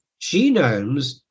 genomes